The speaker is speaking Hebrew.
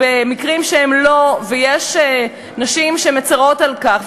במקרים שהם לא ויש נשים שמצרות על כך,